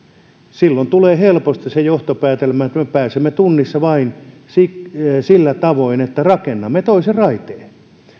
silloin tulee helposti se johtopäätelmä että me pääsemme tunnissa perille vain sillä tavoin että rakennamme toisen raiteen